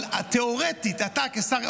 אבל תיאורטית אתה כשר,